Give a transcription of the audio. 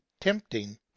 tempting